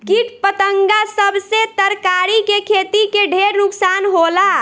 किट पतंगा सब से तरकारी के खेती के ढेर नुकसान होला